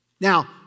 Now